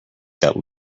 that